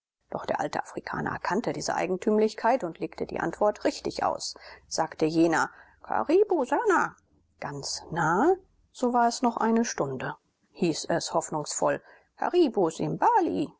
doch der alte afrikaner kannte diese eigentümlichkeit und legte die antwort richtig aus sagte jener karibu sana ganz nahe so war es noch eine stunde hieß es hoffnungsvoll karibu simbali